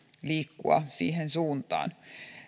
liikkua siihen suuntaan